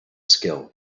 skill